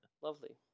Lovely